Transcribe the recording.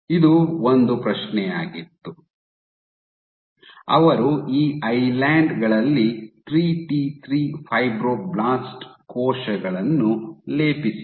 ಇದು ಒಂದು ಪ್ರಶ್ನೆಯಾಗಿತ್ತು ಅವರು ಈ ಐಲ್ಯಾನ್ಡ್ ಗಳಲ್ಲಿ 3ಟಿ3 ಫೈಬ್ರೊಬ್ಲಾಸ್ಟ್ ಕೋಶಗಳನ್ನು ಲೇಪಿಸಿದರು